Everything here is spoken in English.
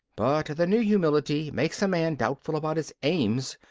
but the new humility makes a man doubtful about his aims,